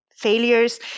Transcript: failures